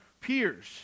peers